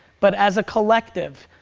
but as a collective,